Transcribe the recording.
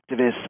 activists